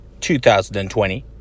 2020